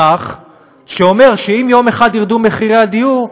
על מסמך שאומר שאם יום אחד ירדו מחירי הדיור,